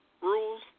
Rules